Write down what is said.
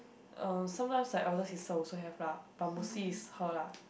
uh sometimes her elder sister also have lah but mostly is her lah